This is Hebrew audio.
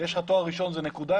ויש לך תואר ראשון זה נקודה,